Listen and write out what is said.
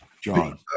John